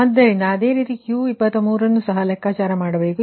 ಆದ್ದರಿಂದ ಅದೇ ರೀತಿ Q23 ಅನ್ನು ಸಹ ಲೆಕ್ಕಾಚಾರ ಮಾಡುತ್ತೀರಿ